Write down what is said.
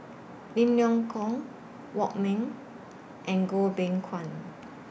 Lim Leong Geok Wong Ming and Goh Beng Kwan